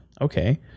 Okay